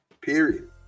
Period